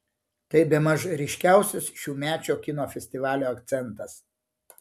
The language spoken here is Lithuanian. tai bemaž ryškiausias šiųmečio kino festivalio akcentas